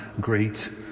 great